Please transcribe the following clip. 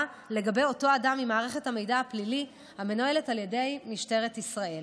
לגבי אותו אדם ממערכת המידע הפלילי המנוהלת על ידי משטרת ישראל.